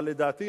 אבל לדעתי,